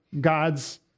God's